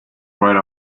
write